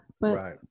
Right